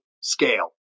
scale